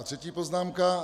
A třetí poznámka.